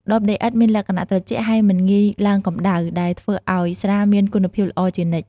ដបដីឥដ្ឋមានលក្ខណៈត្រជាក់ ហើយមិនងាយឡើងកម្ដៅ ដែលធ្វើឱ្យស្រាមានគុណភាពល្អជានិច្ច។